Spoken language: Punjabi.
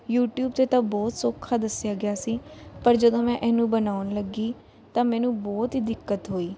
ਯੂਟਿਊਬ 'ਤੇ ਤਾਂ ਬਹੁਤ ਸੌਖਾ ਦੱਸਿਆ ਗਿਆ ਸੀ ਪਰ ਜਦੋਂ ਮੈਂ ਇਹਨੂੰ ਬਣਉਣ ਲੱਗੀ ਤਾਂ ਮੈਨੂੰ ਬਹੁਤ ਹੀ ਦਿੱਕਤ ਹੋਈ